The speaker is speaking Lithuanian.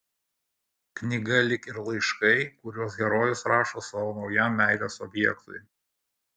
knyga lyg ir laiškai kuriuos herojus rašo savo naujam meilės objektui